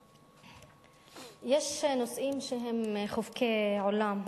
יש נושאים שהם חובקי עולם,